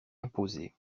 imposer